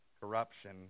corruption